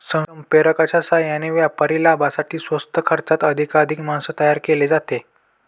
संप्रेरकांच्या साहाय्याने व्यापारी लाभासाठी स्वस्त खर्चात अधिकाधिक मांस तयार केले जाते